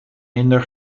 minder